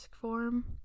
form